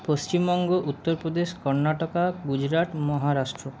Paschimbanga Uttar Pradesh Karnataka Gujarat Maharashtra